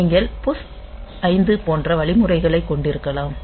நீங்கள் புஷ் 5 போன்ற வழிமுறைகளைக் கொண்டிருக்கலாம்